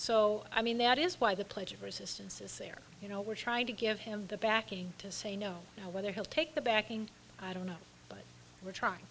so i mean that is why the pledge of resistance is there you know we're trying to give him the backing to say no now whether he'll take the backing i don't know but we're trying